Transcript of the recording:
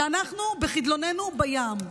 ואנחנו בחדלוננו בים.